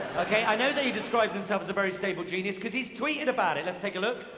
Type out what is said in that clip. ok, i know that he describes himself as a very stable genius because he's tweeted about it. let's take a look.